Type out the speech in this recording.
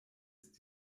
ist